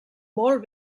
molt